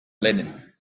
linen